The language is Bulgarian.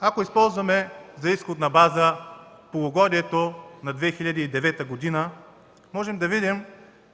Ако използваме за изходна база полугодието на 2009 г., можем да видим,